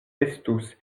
estus